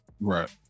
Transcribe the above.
Right